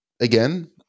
again